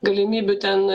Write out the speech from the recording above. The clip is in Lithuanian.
galimybių ten